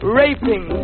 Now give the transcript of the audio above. raping